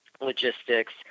logistics